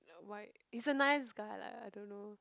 why is a nice guy lah I don't know